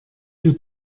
ihr